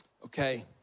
Okay